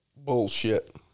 Bullshit